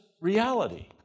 reality